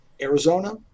Arizona